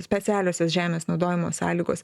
specialiosios žemės naudojimo sąlygos